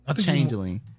Changeling